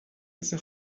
مثل